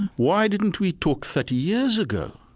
why didn't we talk thirty years ago?